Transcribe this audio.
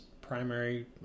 primary